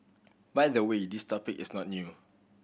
by the way this topic is not new